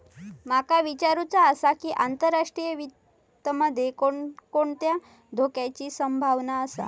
माका विचारुचा आसा की, आंतरराष्ट्रीय वित्त मध्ये कोणकोणत्या धोक्याची संभावना आसा?